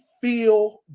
feel